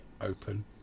open